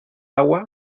agua